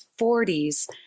40s